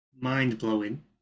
mind-blowing